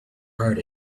heart